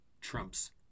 Trump's